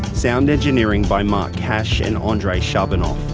sound engineering by mark cash and ah andrei shabunov.